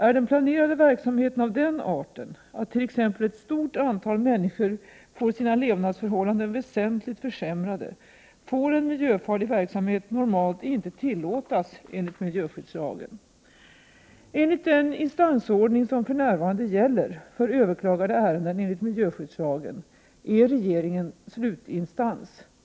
Är den planerade verksamheten av den arten att t.ex. ett stort antal människor får sina levnadsförhållanden väsentligt försämrade, får en miljöfarlig verksamhet normalt inte tillåtas enligt miljöskyddslagen. Enligt den instansordning som för närvarande gäller för överklagade ärenden enligt miljöskyddslagen är regeringen slutinstans.